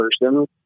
person